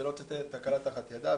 ושלא תצא תקלה תחת ידה.